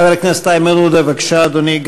חבר הכנסת איימן עודה, בבקשה, אדוני.